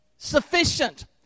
Sufficient